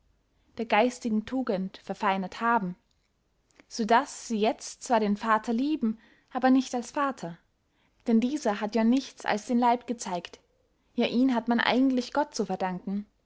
der geistigen tugend verfeinert haben so daß sie jetzt zwar den vater lieben aber nicht als vater denn dieser hat ja nichts als den leib gezeigt ja ihn hat man eigentlich gott zu verdanken